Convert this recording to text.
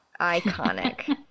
Iconic